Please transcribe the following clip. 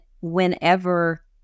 whenever